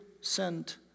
sent